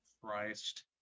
christ